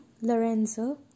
Lorenzo